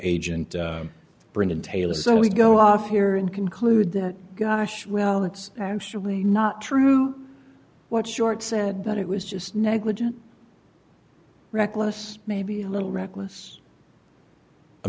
agent bring in taylor so we go off here and conclude that gosh well it's actually not true what short said that it was just negligent reckless maybe a little reckless a